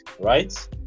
right